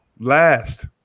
Last